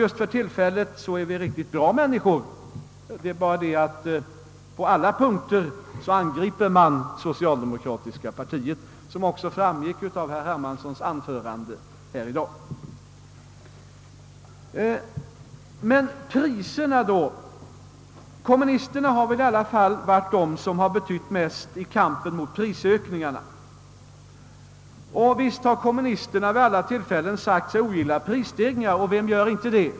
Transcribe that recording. Just för tillfället är vi riktigt bra människor — men på alla punkter angriper kommunisterna det socialdemokratiska partiet, vilket också framgick av herr Hermanssons anförande här i dag. Men kommunisterna har väl i alla fall varit de som betytt mest i kampen mot prisökningarna? Visst har kommunisterna vid alla tillfällen sagt sig ogilla prisstegringar — och vem gör inte det?